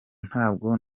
ntabwo